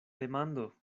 demando